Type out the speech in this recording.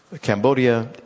Cambodia